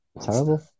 Terrible